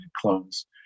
clones